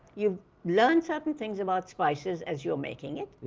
you'll learn several things about spices as you're making it.